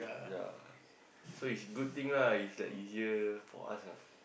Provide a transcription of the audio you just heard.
ya so is good thing lah is the easier for us ah